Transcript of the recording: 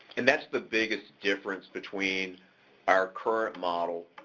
and that's the biggest difference between our current model,